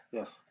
Yes